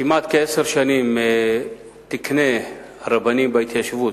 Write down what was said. כמעט כעשר שנים, תקני הרבנים בהתיישבות,